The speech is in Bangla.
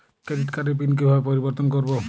ক্রেডিট কার্ডের পিন কিভাবে পরিবর্তন করবো?